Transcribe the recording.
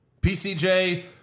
PCJ